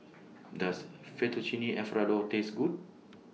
Does Fettuccine Alfredo Taste Good